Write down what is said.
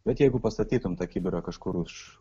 bet jeigu pastatytum tą kibirą kažkur už